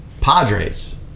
Padres